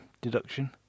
deduction